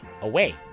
away